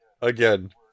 Again